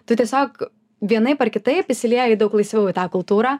tu tiesiog vienaip ar kitaip įsilieji daug laisviau į tą kultūrą